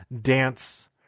dance